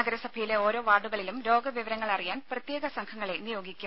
നഗരസഭയിലെ ഓരോ വാർഡുകളിലും രോഗ വിവരങ്ങൾ അറിയാൻ പ്രത്യേക സംഘങ്ങളെ നിയോഗിക്കും